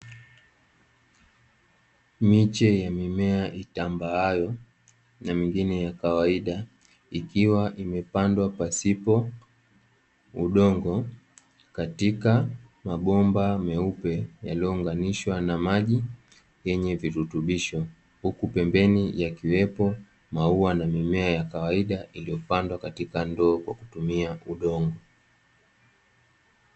Miche ya mimea itambaaayo na mingine ya kawaida ikiwa imepandwa pasipo udongo, katika mabomba meupe yaliyounganishwa na maji yenye virutubisho. Huku pembeni yakiwepo maua na mimea ya kawaida, iliyopandwa katika ndoo kwa kutumia udongo.